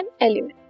element